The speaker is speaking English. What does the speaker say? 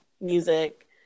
music